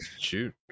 shoot